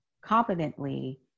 competently